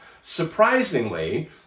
surprisingly